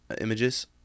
images